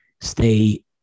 stay